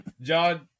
John